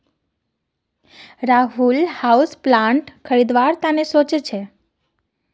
Rahul houseplant खरीदवार त न सो च छ